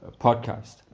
podcast